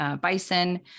bison